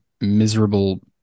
miserable